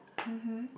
mmhmm